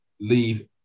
leave